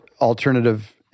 alternative